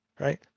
Right